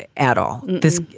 at at all this.